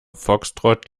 foxtrott